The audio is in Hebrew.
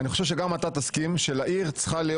אני חושב שגם אתה תסכים שלעיר צריך להיות